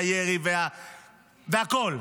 הירי והכול.